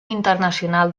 internacional